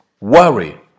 worry